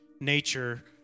nature